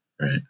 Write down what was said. right